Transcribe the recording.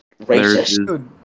racist